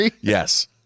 yes